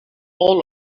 all